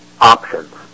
options